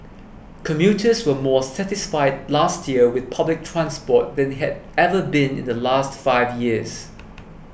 commuters were more satisfied last year with public transport than they had ever been in the last five years